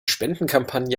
spendenkampagne